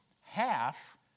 half